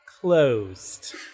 closed